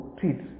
treat